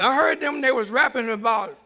i heard them there was rapping about